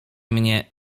mnie